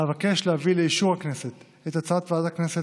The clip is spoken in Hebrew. אבקש להביא לאישור הכנסת את הצעת ועדת הכנסת